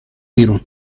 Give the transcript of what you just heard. بیرون